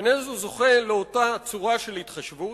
איננו זוכה לאותה צורה של התחשבות?